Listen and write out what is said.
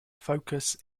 focus